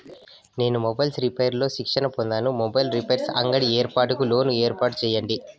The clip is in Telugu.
నేను మొబైల్స్ రిపైర్స్ లో శిక్షణ పొందాను, మొబైల్ రిపైర్స్ అంగడి ఏర్పాటుకు లోను ఏర్పాటు సేయండి?